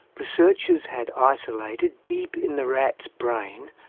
researchers had isolated, deep in the rat's brain,